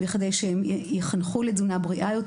בכדי שהם יחונכו לתזונה בריאה יותר.